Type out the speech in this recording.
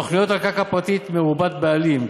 תוכניות על קרקע פרטית מרובת בעלים,